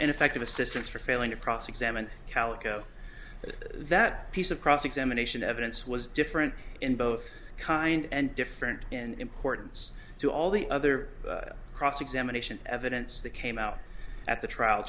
ineffective assistance for failing to cross examine calico that piece of cross examination evidence was different in both kind and different in importance to all the other cross examination evidence that came out at the trial